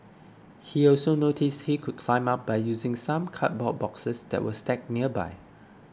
he also noticed he could climb up by using some cardboard boxes that were stacked nearby